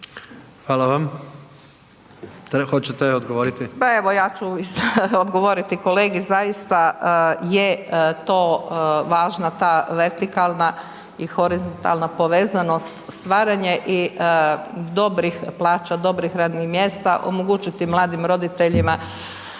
Hvala vam. Hoćete odgovoriti?